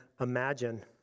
imagine